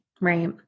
Right